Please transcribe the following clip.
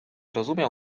rozumiał